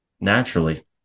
naturally